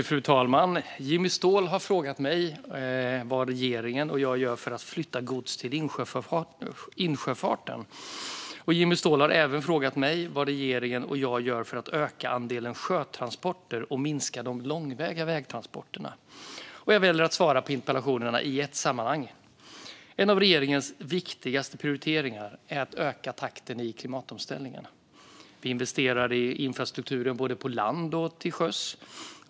Fru talman! har frågat mig vad regeringen och jag gör för att flytta gods till insjöfarten. Jimmy Ståhl har även frågat mig vad regeringen och jag gör för att öka andelen sjötransporter och minska de långväga vägtransporterna. Jag väljer att svara på interpellationerna i ett sammanhang. En av regeringens viktigaste prioriteringar är att öka takten i klimatomställningen. Vi investerar i infrastrukturen både på land och till sjöss.